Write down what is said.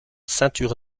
ceinture